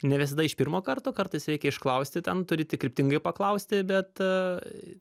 ne visada iš pirmo karto kartais reikia išklausti ten turi tik kryptingai paklausti bet